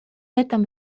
этом